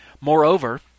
Moreover